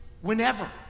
whenever